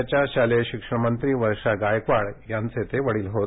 राज्याच्या शालेय शिक्षणमंत्री वर्षा गायकवाड यांचे ते वडील होत